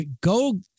Go